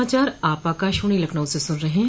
यह समाचार आप आकाशवाणी लखनऊ से सुन रहे हैं